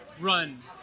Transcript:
Run